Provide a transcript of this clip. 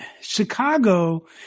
Chicago